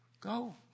go